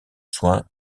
soin